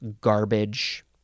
garbage